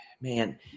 Man